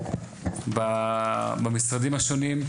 במשרדים השונים,